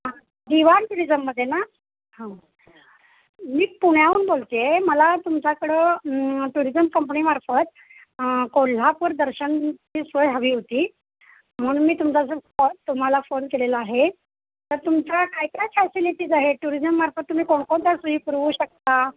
हां दिवान टुरिजममध्ये ना हां मी पुण्याहून बोलते मला तुमच्याकडं टुरिजम कंपनीमार्फत कोल्हापूर दर्शनची सोय हवी होती म्हणून मी तुमचा तुम्हाला फोन केलेला आहे तर तुमचा काय काय फॅसिलिटीज आहे टुरिजममार्फत तुम्ही कोणकोणत्या सोयी पुरवू शकता